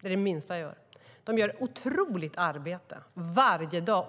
för de gör ett otroligt arbete varje dag.